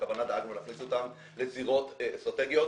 בכוונה דאגנו להכניס אותם לזירות אסטרטגיות.